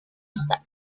estado